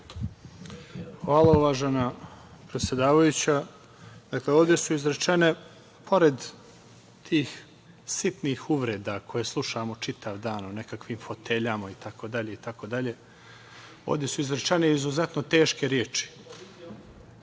Hvala, uvažena predsedavajuća. Dakle, ovde su izrečene, pored tih sitnih uvreda, koje slušamo čitav dan o nekakvim foteljama itd, itd, ovde su izrečene izuzetno teške reči,